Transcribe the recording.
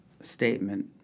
statement